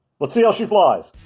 let's see how she flies.